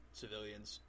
civilians